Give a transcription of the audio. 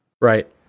Right